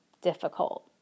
difficult